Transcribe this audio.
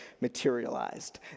materialized